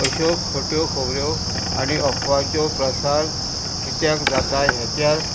अश्यो खट्यो खोबऱ्यो आनी अफवाच्यो प्रसार कित्याक जाता हेच्या